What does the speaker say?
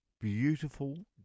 beautiful